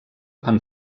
van